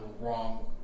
wrong